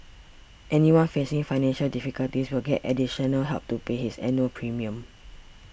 anyone facing financial difficulties will get additional help to pay his annual premium